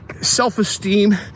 self-esteem